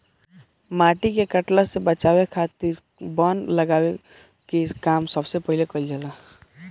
माटी के कटला से बचावे खातिर वन लगावे के काम सबसे पहिले कईल जाला